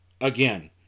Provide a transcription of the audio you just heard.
again